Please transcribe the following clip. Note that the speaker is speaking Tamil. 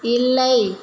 இல்லை